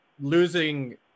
losing